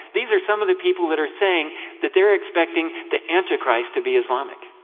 these are some of the people that are saying that they are expecting the antichrist to be islamic.